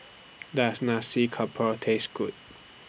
Does Nasi Campur Taste Good